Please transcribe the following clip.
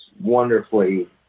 wonderfully